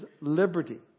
liberty